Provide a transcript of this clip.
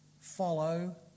follow